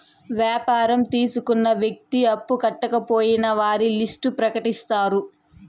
వ్యాపారం తీసుకున్న వ్యక్తి అప్పు కట్టకపోయినా వారి లిస్ట్ ప్రకటిత్తారు